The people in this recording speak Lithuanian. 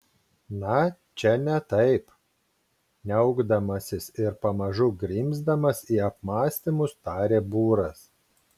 na čia ne taip niaukdamasis ir pamažu grimzdamas į apmąstymus tarė būras